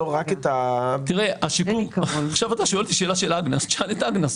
תשאל את אגנס.